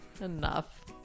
Enough